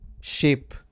shape